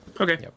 okay